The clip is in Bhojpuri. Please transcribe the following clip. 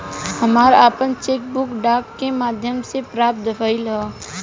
हमरा आपन चेक बुक डाक के माध्यम से प्राप्त भइल ह